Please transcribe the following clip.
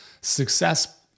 success